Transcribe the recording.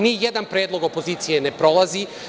Nijedan predlog opozicije ne prolazi.